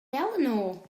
eleanor